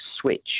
switch